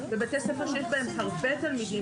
ובתי ספר שיש בהם הרבה תלמידים,